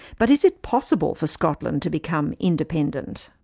but is it possible for scotland to become independent?